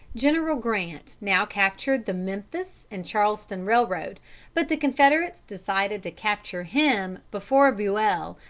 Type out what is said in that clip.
general grant now captured the memphis and charleston railroad but the confederates decided to capture him before buell,